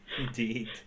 indeed